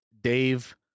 Dave